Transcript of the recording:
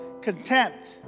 contempt